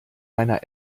meiner